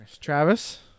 Travis